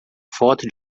foto